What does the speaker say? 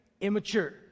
Immature